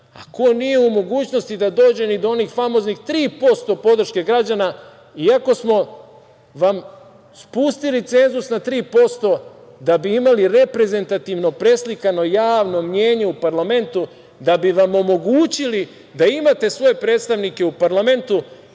ko nije u mogućnosti da dođe ni do onih famoznih 3% podrške građana, iako smo vam spustili cenzus na 3% da bi imali reprezentativno preslikano javno mnjenje u parlamentu, da bi vam omogućili da imate svoje predstavnike u parlamentu